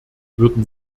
würden